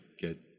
get